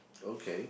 okay